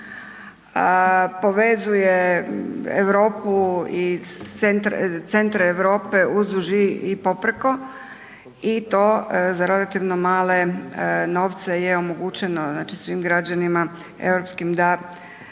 Povezuje Europu i centre Europe uzduž i poprijeko i to za relativno male novce je omogućeno znači svim građanima europskim da